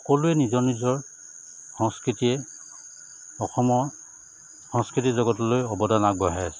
সকলোৱে নিজৰ নিজৰ সংস্কৃতিয়ে অসমৰ সংস্কৃতিৰ জগতলৈ অৱদান আগবঢ়াই আছে